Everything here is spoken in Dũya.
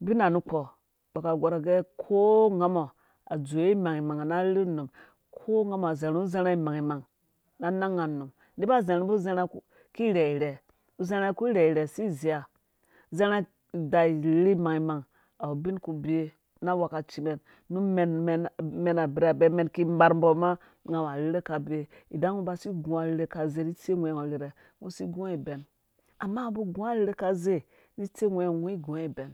ubin nu kpɔ mbɔ ka gɔr agɛ kogambɔ a dzowe mangmang na rherhe num ko nga mɔ zharha zharha imangmang na nang nag num nuba zharhu mbi uzharhã ki rheirhe uzharha ki rherhe si zeiya zharha idaa rherhe imangmang awu. ubin ku biwe na wekaci mɛn nu mɛn mɛn abirhabe mɛn ki marne. mbo ma nga awu arherhe ka biwa inda ngɔ ba si gungɔ arherhe ka zei ni itsu ughwɛ ngɔ rhirhe ngɔ si gungo ben amma ngɔ ba gungo arherhe ka zei ni tse ghwɛ ngɔ ngɔ gungɔ ibɛn